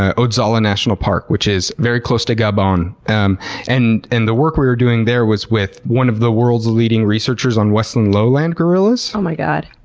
ah odzala national park, park, which is very close to gabon. and and and the work we were doing there was with one of the world's leading researchers on western lowland gorillas. oh my god.